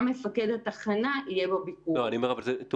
גם מפקד התחנה יהיה בביקור שלה.